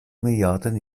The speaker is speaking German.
milliarden